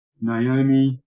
Naomi